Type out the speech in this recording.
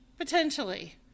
Potentially